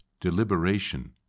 deliberation